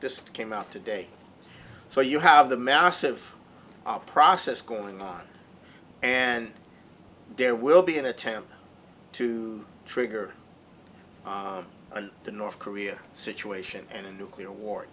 disk came out today so you have the massive a process going on and there will be an attempt to trigger the north korea situation and a nuclear war